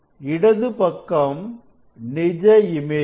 இடது பக்கம் நிஜ இமேஜ்